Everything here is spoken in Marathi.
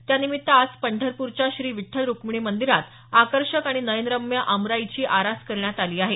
त्यानिमित्त आज पंढरपूरच्या श्री विठ्ठल रूक्मिणी मंदिरात आकर्षक आणि नयनरम्य आंब्यांची आरास करण्यात आली आहे